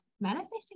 manifesting